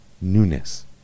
newness